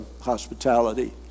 hospitality